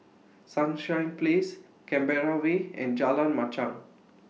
Sunshine Place Canberra Way and Jalan Machang